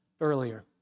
earlier